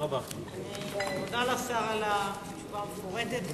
אני מודה לשר על התשובה המפורטת.